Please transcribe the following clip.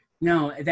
No